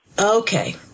Okay